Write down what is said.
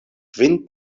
kvin